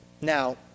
Now